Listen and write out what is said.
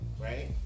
right